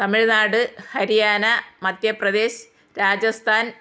Tamil Nadu Haryana Madhya Pradesh Rajasthan